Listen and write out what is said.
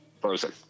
Frozen